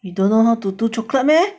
you don't know how to do chocolate meh